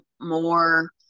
more